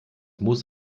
muss